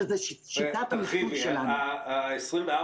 שזה שיטת --- ה-24/7,